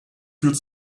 führt